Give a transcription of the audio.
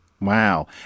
Wow